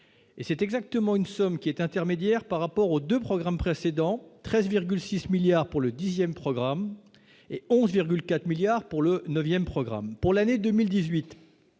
c'est exactement une somme qui est intermédiaire par rapport aux 2 programmes précédents 13,6 milliards pour le 10ème programme et 11,4 milliards pour le 9ème programme pour l'année 2018